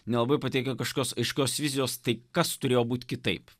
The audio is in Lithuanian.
nelabai pateikia kažkokios aiškios vizijos tai kas turėjo būt kitaip